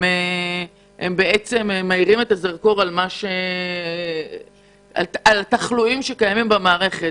מכוונים את הזרקור לעבר תחלואי המערכת.